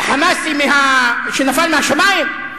"חמאס" שנפל מהשמים?